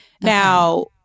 Now